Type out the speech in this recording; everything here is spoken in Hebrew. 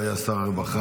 העובדות?